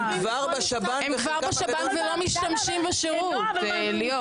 הם כבר בשב"ן ולא משתמשים בשירות, ליאור.